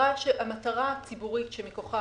המטרה הציבורית שמכוחה